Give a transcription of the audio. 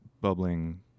bubbling